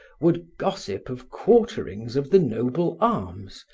would gossip of quarterings of the noble arms,